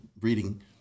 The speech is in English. reading